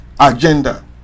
agenda